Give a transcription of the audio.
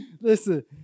Listen